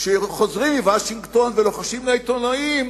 שחוזרים מוושינגטון ולוחשים לעיתונאים,